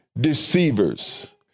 deceivers